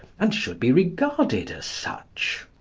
and should be regarded as such.